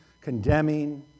condemning